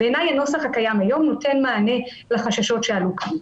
בעיניי הנוסח הקיים היום נותן מענה לחששות שעלו כאן.